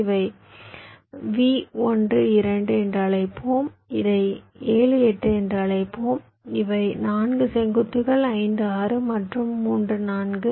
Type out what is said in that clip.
இதை v 1 2 என்று அழைப்போம் இதை 7 8 என்று அழைப்போம் இவை 4 செங்குத்துகள் 5 6 மற்றும் 3 4